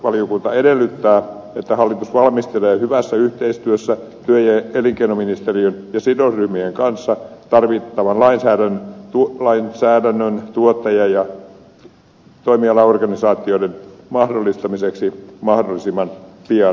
talousvaliokunta edellyttää että hallitus valmistelee hyvässä yhteistyössä työ ja elinkeinoministeriön ja sidosryhmien kanssa tarvittavan lainsäädännön tuottaja ja toimialaorganisaatioiden mahdollistamiseksi mahdollisimman pian